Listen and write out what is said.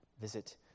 visit